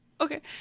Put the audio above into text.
Okay